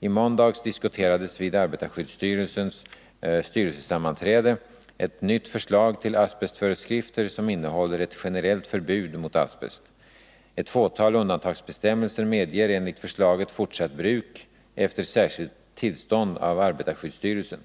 I måndags diskuterades vid arbetarskyddsstyrelsens styrelsesammanträde ett nytt förslag till asbestföreskrifter som innehåller ett generellt förbud mot asbest. Ett fåtal undantagsbestämmelser medger enligt förslaget fortsatt bruk efter särskilt tillstånd av arbetarskyddsstyrelsen.